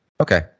Okay